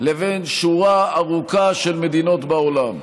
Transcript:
לבין שורה ארוכה של מדינות בעולם.